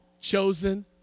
chosen